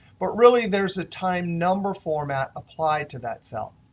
but really there's a time number format applied to that cell.